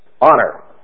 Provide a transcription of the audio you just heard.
honor